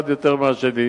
אחד יותר מהשני,